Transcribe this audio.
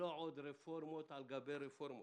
לא עוד רפורמות על גבי רפורמות,